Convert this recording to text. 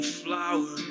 flower